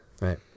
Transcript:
Right